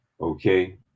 okay